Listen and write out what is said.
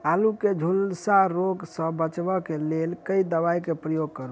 आलु केँ झुलसा रोग सऽ बचाब केँ लेल केँ दवा केँ प्रयोग करू?